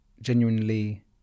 genuinely